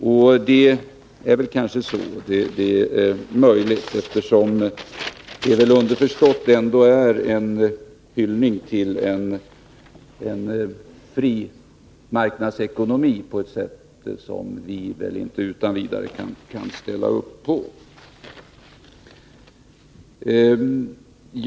Möjligen är det så, eftersom reservationen underförstått är en hyllning till en fri marknadsekonomi på ett sätt som vi inte utan vidare kan ställa upp på.